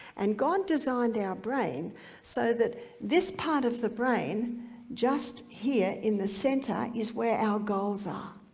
and god designed our brain so that this part of the brain just here in the center is where our goals are.